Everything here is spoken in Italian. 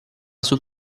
sul